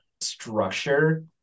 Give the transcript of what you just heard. structure